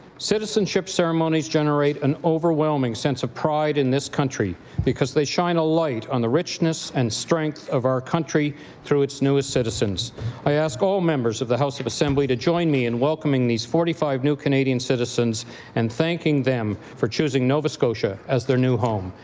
citizenship ceremonies generate an overwhelming sense of pride in this country because they shine a light on the richness and strength of our country through its newest citizens i ask all members of the house of assembly to join be me in welcoming these forty five new canadian citizens and thanking them for choosing nova scotia as their new home.